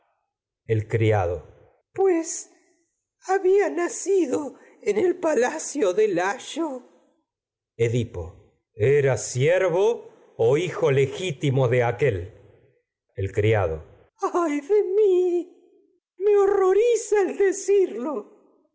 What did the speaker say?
pues había nacidó en el palacio de layo edipo el era siervo o hijo legitimo de aquél me horroriza el decirlo